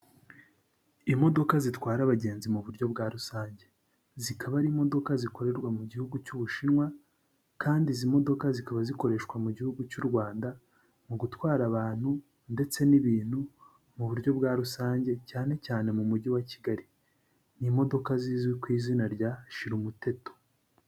Imodoka zitwara abagenzi mu buryo bwa rusange, zikaba ari imodoka zikorerwa mu gihugu cy'Ubushinwa kandi izi modoka zikaba zikoreshwa mu gihugu cy'u Rwanda mu gutwara abantu ndetse n'ibintu mu buryo bwa rusange cyane cyane mu mujyi wa Kigali, ni imodoka zizwi ku izina rya shira umuteto.